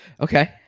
Okay